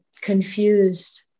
confused